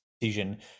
decision